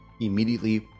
immediately